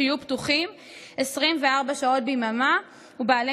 שיהיו פתוחים 24 שעות ביממה ובעלי